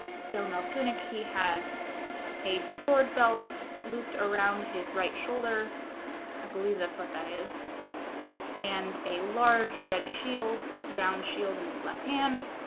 skilled male tunic he has a sword belt looped around his right shoulder i believe that's what that is and a large red shield brown shield in his left hand